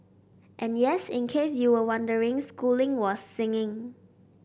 and yes in case you were wondering schooling was sing